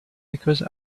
because